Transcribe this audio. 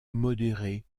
modérées